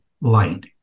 light